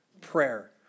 Prayer